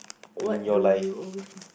what do you always